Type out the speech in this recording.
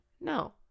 No